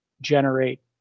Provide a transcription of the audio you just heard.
generate